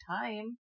time